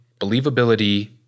believability